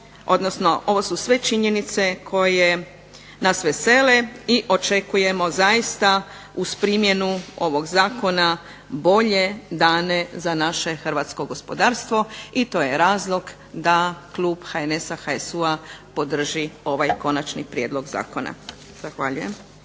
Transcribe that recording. odnosno ovo su sve činjenice koje nas vesele i očekujemo zaista uz primjenu ovog zakona bolje dane za naše hrvatsko gospodarstvo i to je razlog da klub HNS-a, HSU-a podrži ovaj konačni prijedlog zakona. Zahvaljujem.